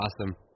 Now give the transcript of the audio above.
awesome